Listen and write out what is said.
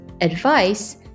advice